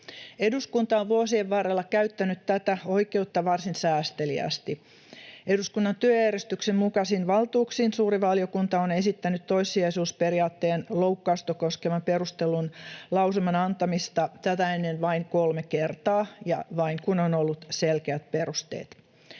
Eduskunta on vuosien varrella käyttänyt tätä oikeutta varsin säästeliäästi. Eduskunnan työjärjestyksen mukaisin valtuuksin suuri valiokunta on esittänyt toissijaisuusperiaatteen loukkausta koskevan perustellun lausuman antamista tätä ennen vain kolme kertaa — ja vain, kun on ollut selkeät perusteet.